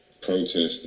protesting